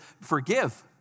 forgive